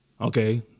Okay